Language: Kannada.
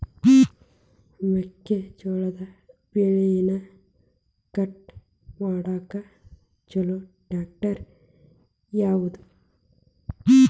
ಮೆಕ್ಕೆ ಜೋಳ ಬೆಳಿನ ಕಟ್ ಮಾಡಾಕ್ ಛಲೋ ಟ್ರ್ಯಾಕ್ಟರ್ ಯಾವ್ದು?